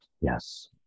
yes